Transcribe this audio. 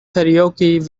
karaoke